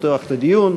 לפתוח את הדיון.